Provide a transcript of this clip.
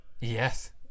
Yes